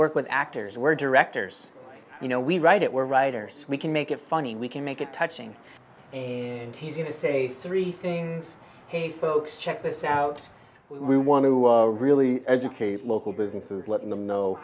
work with actors we're directors you know we write it we're writers we can make it funny we can make it touching and say three things hey folks check this out we want to really educate local businesses letting them know